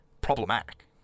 problematic